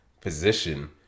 position